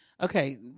Okay